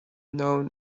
known